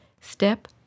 Step